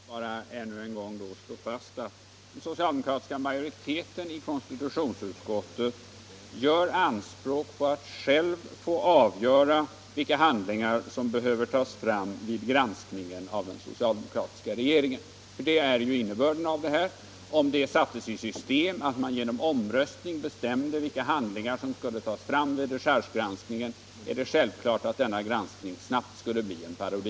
Herr talman! Låt mig bara ännu en gång slå fast att den socialdemokratiska majoriteten i konstitutionsutskottet gör anspråk på att själv få avgöra vilka handlingar som behöver tas fram vid granskningen av den socialdemokratiska regeringen. Det blir ju innebörden. Om det sattes i system att man genom omröstning bestämde vilka handlingar som skulle tas fram vid dechargegranskningen, är det självklart att denna granskning snabbt skulle bli en parodi.